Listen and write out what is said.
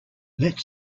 let